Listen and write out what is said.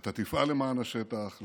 אתה תפעל למען השטח,